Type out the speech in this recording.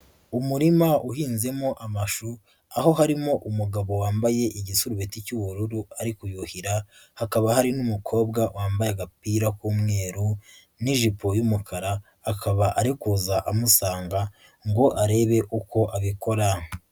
Umurima uhinzemo amashu aho harimo umugabo wambaye igisurubeti cy'ubururu ari kuyuhira, hakaba hari n'umukobwa wambaye agapira k'umweru n'ijipo y'umukara akaba ari kuza amusanga ngo arebe uko abikora.